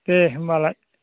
दे होनबालाय